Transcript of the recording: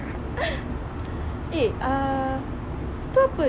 eh ah tu apa